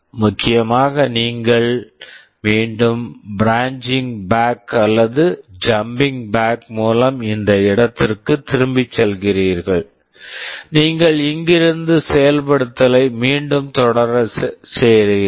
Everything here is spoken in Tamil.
முக்கியமாக நீங்கள் மீண்டும் ப்ராஞ்சிங் பேக் branching back அல்லது ஜம்பிங் பேக் jumping back மூலம் இந்த இடத்திற்குத் திரும்பிச் செல்கிறீர்கள் நீங்கள் இங்கிருந்து செயல்படுத்துதலை மீண்டும் தொடர செய்கிறீர்கள்